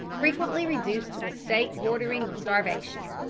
frequently reduced to a state bordering on starvation,